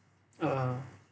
ah